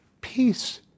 peace